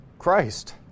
Christ